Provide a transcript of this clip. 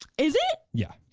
is it? yeah.